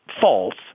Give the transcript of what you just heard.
false